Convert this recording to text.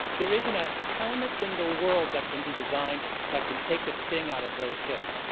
there isn't a helmet in the world that can be designed that can take the sting out of those hits,